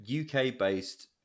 UK-based